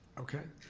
okay,